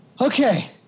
okay